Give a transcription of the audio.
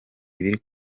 ibiri